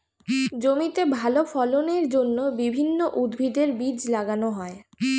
জমিতে ভালো ফলনের জন্য বিভিন্ন উদ্ভিদের বীজ লাগানো হয়